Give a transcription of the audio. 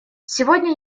сегодня